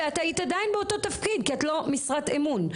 שאת עדיין היית באותו תפקיד כי את לא משרת אמון.